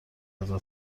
ازت